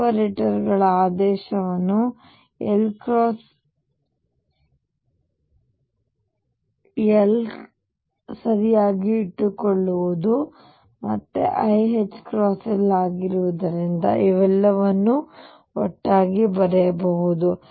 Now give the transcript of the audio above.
ಆಪರೇಟರ್ಗಳ ಆದೇಶವನ್ನು L L ಸರಿಯಾಗಿ ಇಟ್ಟುಕೊಳ್ಳುವುದು ಮತ್ತೆ iℏL ಆಗಿರುವುದರಿಂದ ಇವೆಲ್ಲವನ್ನೂ ಒಟ್ಟಾಗಿ ಬರೆಯಬಹುದು